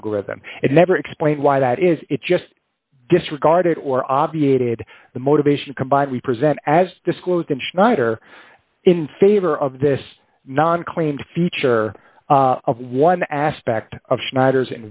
algorithm it never explained why that is it just disregarded or obviated the motivation combined we present as disclosed in schneider in favor of this non claim feature of one aspect of schneider's